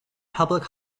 public